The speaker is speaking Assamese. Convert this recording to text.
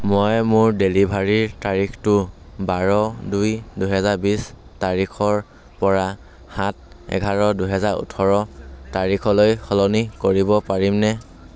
মই মোৰ ডেলিভাৰীৰ তাৰিখটো বাৰ দুই দুহেজাৰ বিছ তাৰিখৰপৰা সাত এঘাৰ দুহেজাৰ ওঠৰ তাৰিখলৈ সলনি কৰিব পাৰিম নে